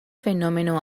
fenómeno